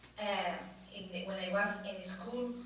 and when i was in school,